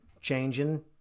changing